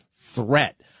threat